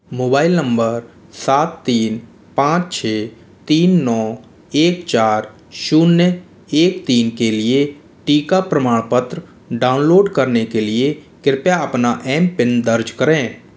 mobile number सात तीन पाँच छ तीन नौ एक चार शून्य एक तीन के लिए टीका प्रमाणपत्र डाउनलोड करने के लिए कृपया अपना एम पिन दर्ज करें